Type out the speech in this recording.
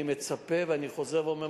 אני חוזר ואומר,